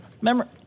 Memory